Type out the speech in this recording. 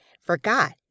forgot